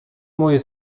moje